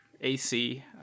AC